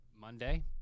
Monday